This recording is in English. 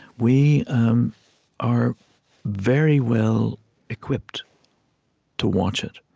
we um are very well equipped to watch it,